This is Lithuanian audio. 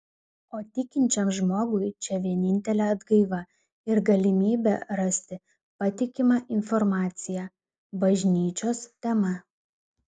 o tikinčiam žmogui čia vienintelė atgaiva ir galimybė rasti patikimą informaciją bažnyčios tema